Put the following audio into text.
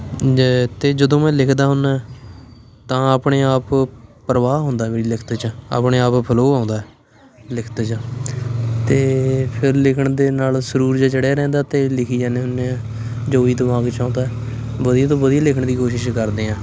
ਅਤੇ ਜਦੋਂ ਮੈਂ ਲਿਖਦਾ ਹੁੰਨਾ ਤਾਂ ਆਪਣੇ ਆਪ ਪਰਵਾਹ ਹੁੰਦਾ ਮੇਰੀ ਲਿਖਤ 'ਚ ਆਪਣੇ ਆਪ ਫਲੋ ਆਉਂਦਾ ਲਿਖਤ 'ਚ ਅਤੇ ਫਿਰ ਲਿਖਣ ਦੇ ਨਾਲ ਸਰੂਰ ਜਿਹਾ ਚੜਿਆ ਰਹਿੰਦਾ ਅਤੇ ਲਿਖੀ ਜਾਂਦੇ ਹੁੰਦੇ ਆ ਜੋ ਵੀ ਦਿਮਾਗ 'ਚ ਆਉਂਦਾ ਵਧੀਆ ਤੋਂ ਵਧੀਆ ਲਿਖਣ ਦੀ ਕੋਸ਼ਿਸ਼ ਕਰਦੇ ਹਾਂ